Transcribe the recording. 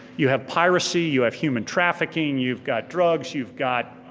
you have piracy, you have human trafficking, you've got drugs, you've got